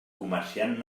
comerciant